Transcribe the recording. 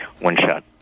one-shot